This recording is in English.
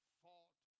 fought